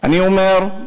אני אומר,